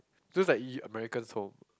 those like y~ American's home